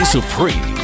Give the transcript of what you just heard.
Supreme